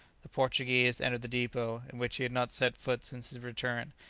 the portuguese entered the depot, in which he had not set foot since his return,